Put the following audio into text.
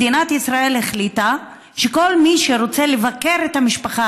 מדינת ישראל החליטה שכל מי שרוצה לבקר את המשפחה